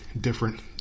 different